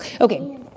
Okay